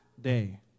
day